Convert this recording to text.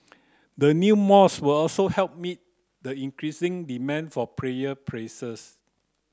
the new will also help meet the increasing demand for prayer